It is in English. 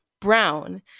brown